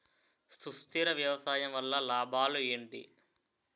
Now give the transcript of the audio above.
సుస్థిర వ్యవసాయం వల్ల లాభాలు ఏంటి?